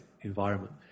environment